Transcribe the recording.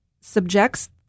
subjects